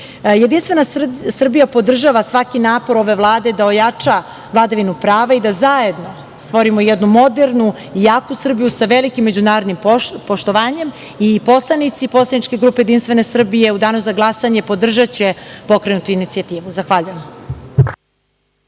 kriminala. Jedinstvena Srbija podržava svaki napor ove Vlade da ojača vladavinu prava i da zajedno stvorimo jednu modernu i jaku Srbiju sa velikim međunarodnim poštovanjem. Poslanici poslaničke grupe Jedinstvene Srbije u danu za glasanje podržaće pokrenutu inicijativu. Zahvaljujem.